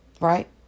right